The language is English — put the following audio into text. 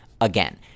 again